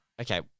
okay